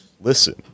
listen